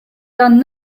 done